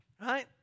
right